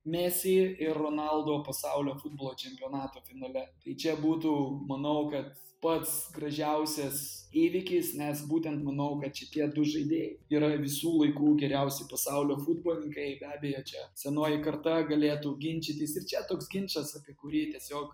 mesi ir ronaldo pasaulio futbolo čempionato finale tai čia būtų manau kad pats gražiausias įvykis nes būtent manau kad šitie du žaidėjai yra visų laikų geriausi pasaulio futbolininkai be abejo čia senoji karta galėtų ginčytis ir čia toks ginčas apie kurį tiesiog